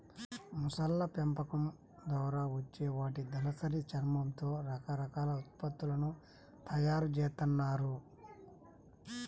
మొసళ్ళ పెంపకం ద్వారా వచ్చే వాటి దళసరి చర్మంతో రకరకాల ఉత్పత్తులను తయ్యారు జేత్తన్నారు